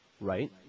Right